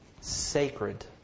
Sacred